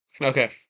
Okay